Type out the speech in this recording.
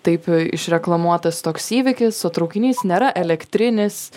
taip išreklamuotas toks įvykis o traukinys nėra elektrinis